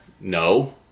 No